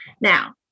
Now